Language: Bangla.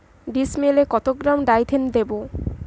ডিস্মেলে কত গ্রাম ডাইথেন দেবো?